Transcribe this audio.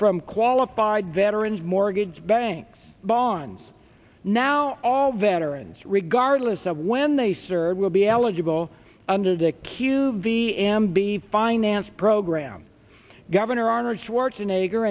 from qualified veterans mortgage banks bonds now all veterans regardless of when they serve will be eligible under dick cuvee amby finance program governor arnold schwarzenegger